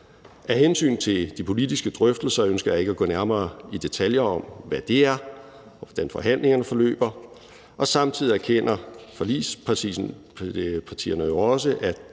Af hensyn til de politiske drøftelser ønsker jeg ikke at gå nærmere i detaljer om, hvad det er, og hvordan forhandlingerne forløber. Samtidig erkender forligspartierne jo også, at